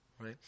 right